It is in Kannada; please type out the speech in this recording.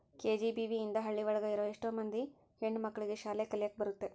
ಕೆ.ಜಿ.ಬಿ.ವಿ ಇಂದ ಹಳ್ಳಿ ಒಳಗ ಇರೋ ಎಷ್ಟೋ ಮಂದಿ ಹೆಣ್ಣು ಮಕ್ಳಿಗೆ ಶಾಲೆ ಕಲಿಯಕ್ ಬರುತ್ತೆ